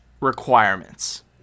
requirements